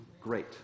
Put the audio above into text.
great